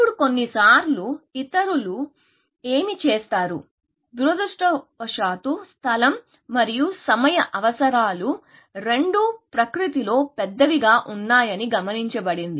ఇప్పుడు కొన్నిసార్లు ఇతరులు ఏమి చేస్తారు దురదృష్టవశాత్తు స్థలం మరియు సమయ అవసరాలు రెండూ ప్రకృతిలో పెద్దవిగా ఉన్నాయని గమనించబడింది